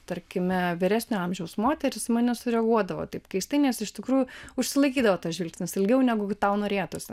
tarkime vyresnio amžiaus moterys į mane nesureaguodavo taip keistai nes iš tikrųjų užsilaikydavo tas žvilgsnis ilgiau negu tau norėtųsi